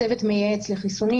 צוות מייעץ לחיסונים.